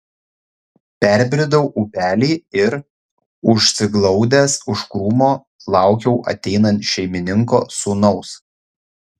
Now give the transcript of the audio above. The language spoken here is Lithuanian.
perbridau upelį ir užsiglaudęs už krūmo laukiau ateinant šeimininko sūnaus